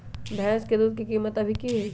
भैंस के दूध के कीमत अभी की हई?